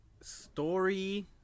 story